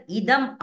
idam